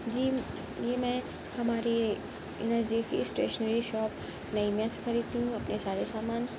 جی یہ میں ہمارے نزدیکی اسٹیشنری شاپ نعیمیہ سے خریدتی ہوں وہاں کے سارے سامان